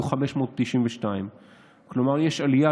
היו 592. כלומר יש עלייה,